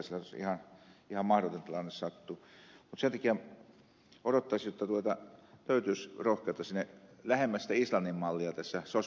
mutta sen takia odottaisin jotta löytyisi rohkeutta päästä lähemmäs sitä islannin mallia tässä sos